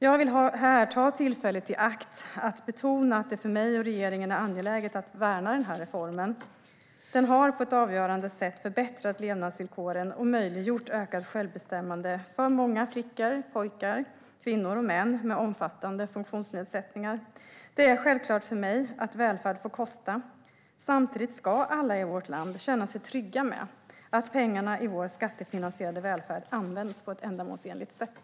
Jag vill här ta tillfället i akt att betona att det för mig och för regeringen är angeläget att värna denna reform. Reformen har på avgörande sätt förbättrat levnadsvillkoren och möjliggjort ökat självbestämmande för många flickor, pojkar, kvinnor och män med omfattande funktionsnedsättningar. Det är självklart för mig att välfärd får kosta. Samtidigt ska alla i vårt land känna sig trygga med att pengarna i vår skattefinansierade välfärd används på ett ändamålsenligt sätt.